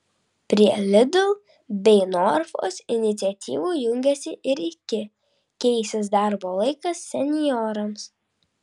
prie lidl bei norfos iniciatyvų jungiasi ir iki keisis darbo laikas senjorams